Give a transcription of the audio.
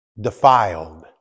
defiled